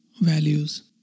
values